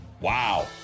Wow